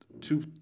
two